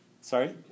Sorry